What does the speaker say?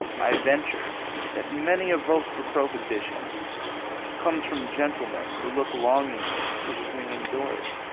i venture that many a vote for prohibition comes from gentlemen who look longingly through swinging doors